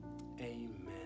amen